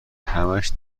همش